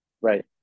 right